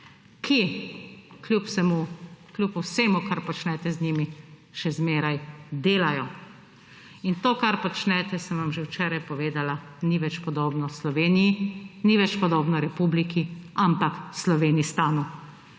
ki kljub vsemu, kar počnete z njimi, še zmeraj delajo. In to, kar počnete, sem vam že včeraj povedala, ni več podobno Sloveniji, ni več podobno republiki, ampak slovenistanu.